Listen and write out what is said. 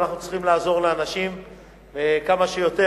ואנחנו צריכים לעזור לאנשים כמה שיותר.